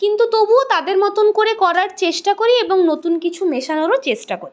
কিন্তু তবুও তাদের মতন করে করার চেষ্টা করি এবং নতুন কিছু মেশানোরও চেষ্টা করি